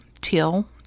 Teal